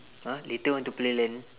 !huh! later want to play LAN